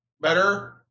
better